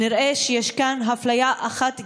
נראה שיש כאן אפליה אחת גדולה,